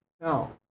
Now